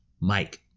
Mike